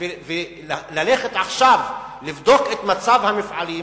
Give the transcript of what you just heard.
וללכת עכשיו לבדוק את מצב המפעלי,